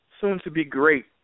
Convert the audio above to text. soon-to-be-great